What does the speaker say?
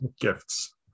gifts